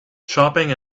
shopping